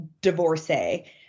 divorcee